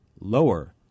lower